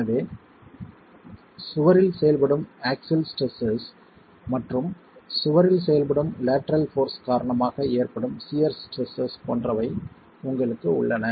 எனவே சுவரில் செயல்படும் ஆக்ஸில் ஸ்ட்ரெஸ்ஸஸ் மற்றும் சுவரில் செயல்படும் லேட்டரல் போர்ஸ் காரணமாக ஏற்படும் சியர் ஸ்ட்ரெஸ்ஸஸ் போன்றவை உங்களுக்கு உள்ளன